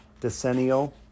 decennial